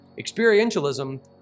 Experientialism